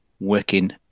working